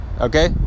Okay